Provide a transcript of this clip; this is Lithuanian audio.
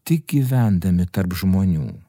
tik gyvendami tarp žmonių